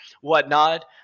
whatnot